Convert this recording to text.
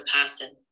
person